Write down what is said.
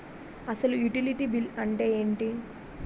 అసలు utility bill అంతే ఎంటి?